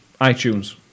iTunes